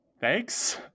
thanks